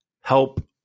help